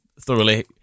thoroughly